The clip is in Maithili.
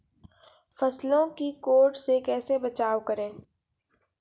फसलों को कीट से कैसे बचाव करें?